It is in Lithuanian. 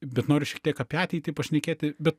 bet noriu šiek tiek apie ateitį pašnekėti bet